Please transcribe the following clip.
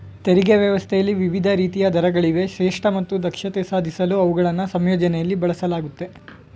ತೆರಿಗೆ ವ್ಯವಸ್ಥೆಯಲ್ಲಿ ವಿವಿಧ ರೀತಿಯ ದರಗಳಿವೆ ಶ್ರೇಷ್ಠ ಮತ್ತು ದಕ್ಷತೆ ಸಾಧಿಸಲು ಅವುಗಳನ್ನ ಸಂಯೋಜನೆಯಲ್ಲಿ ಬಳಸಲಾಗುತ್ತೆ